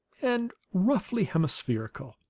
and roughly hemispherical.